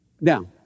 Now